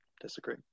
Disagree